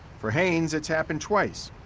for haynes, it's happened twice,